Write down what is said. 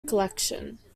collection